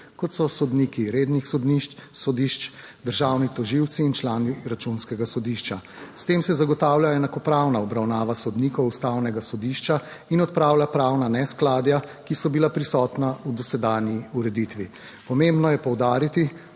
kot so sodniki rednih sodišč, državni tožilci in člani Računskega sodišča. S tem se zagotavlja enakopravna obravnava sodnikov Ustavnega sodišča in odpravlja pravna neskladja, ki so bila prisotna v dosedanji ureditvi. Pomembno je poudariti,